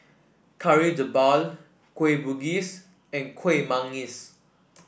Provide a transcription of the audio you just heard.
Kari Debal Kueh Bugis and Kueh Manggis